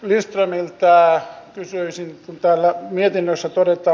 dagestanin pää pysyy sen päällä mietinnössä todeta